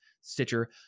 Stitcher